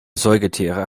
säugetiere